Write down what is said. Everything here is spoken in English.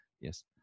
Yes